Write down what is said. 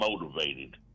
motivated